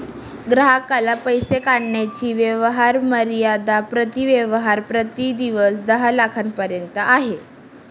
ग्राहकाला पैसे काढण्याची व्यवहार मर्यादा प्रति व्यवहार प्रति दिवस दहा लाखांपर्यंत आहे